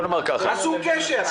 הם רצו קשר.